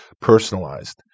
personalized